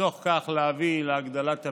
ובתוך כך להביא להגדלת הפריון.